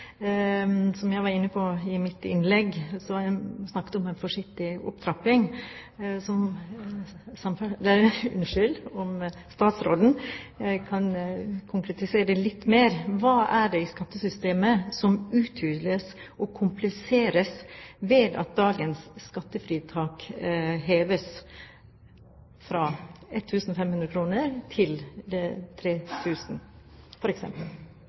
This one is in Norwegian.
Som jeg var inne på i mitt innlegg, er det snakk om en forsiktig opptrapping. Kan statsråden konkretisere dette litt mer? Hva er det i skattesystemet som uthules og kompliseres ved at dagens skattefritak heves fra 1 500 kr til f.eks. 3 000 kr? Hvis en eventuelt utvider eller øker ordninger som er i skattesystemet, har det